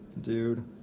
dude